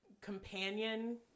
companion